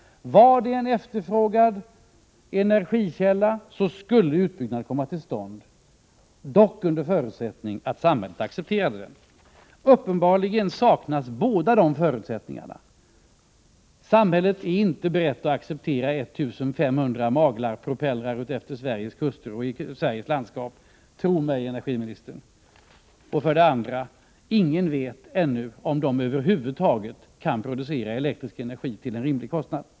Vore det en efterfrågad energikälla, skulle en utbyggnad komma till stånd, dock under förutsättning att samhället accepterade den. Uppenbarligen saknas båda dessa förutsättningar. Samhället är inte berett att acceptera 1 500 Maglarpspropellrar utefter Sveriges kuster och i Sveriges landskap. Tro mig, energiministern. Och vidare: Ingen vet ännu om dessa vindkraftverk över huvud taget kan producera elektrisk energi till rimlig kostnad.